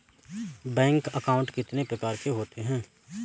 Bank account कितने प्रकार के होते हैं?